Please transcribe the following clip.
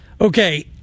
Okay